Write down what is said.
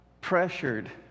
pressured